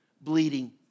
bleeding